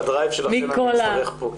את הדרייב שלך נצטרך פה.